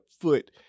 foot